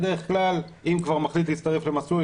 בדרך כלל אם הוא מחליט להצטרף למסלול,